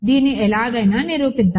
దీన్ని ఎలాగైనా నిరూపిద్దాం